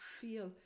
feel